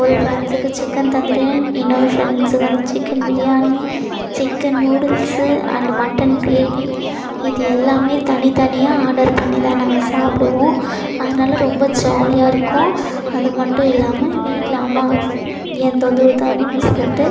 ஒரு ஃப்ரெண்ட்ஸுக்கு சிக்கன் தந்தூரியன் இன்னொரு ஃப்ரெண்ட்ஸுக்கு வந்து chicken biryani chicken noodles and mutton gravy இது எல்லாமே தனித்தனியாக ஆர்டர் பண்ணிதான் நாங்கள் சாப்பிடுவோம் அதனால ரொம்ப ஜாலியாக இருக்கும் அது மட்டும் இல்லாமல் வீட்டில் அம்மாவும் ஏன் தொந்தரவு தரணும் சொல்லிட்டு